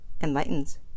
enlightens